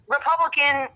Republican